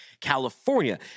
California